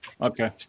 Okay